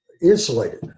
insulated